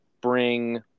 bring